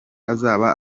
azaba